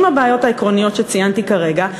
עם הבעיות העקרוניות שציינתי כרגע,